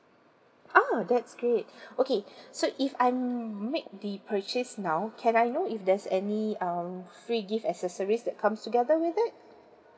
ah that's great okay so if I make the purchase now can I know if there's any um free gift as a service that comes together with that